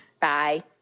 Bye